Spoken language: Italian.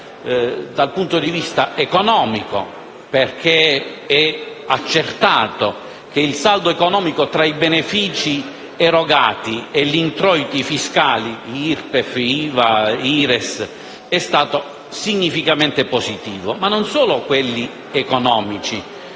dal punto di vista economico. È infatti accertato che il saldo economico tra i benefici erogati e gli introiti fiscali (IRPEF, IVA ed IRES) è stato significativamente positivo. Ma non sono stati importanti